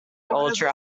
ultra